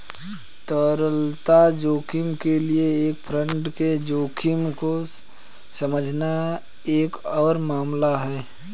तरलता जोखिम के लिए एक फंड के जोखिम को समझना एक और मामला है